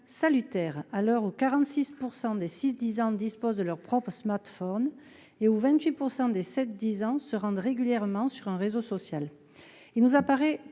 salutaire à l'heure où 46% des 6 disant disposent de leurs propres smartphone et au 28% des 7 10 ans se rendent régulièrement sur un réseau social. Il nous apparaît